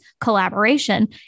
collaboration